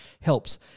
helps